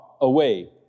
away